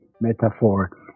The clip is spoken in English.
metaphor